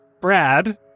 brad